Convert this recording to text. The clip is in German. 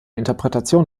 interpretation